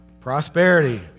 Prosperity